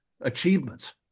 achievements